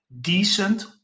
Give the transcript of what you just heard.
decent